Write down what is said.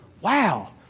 wow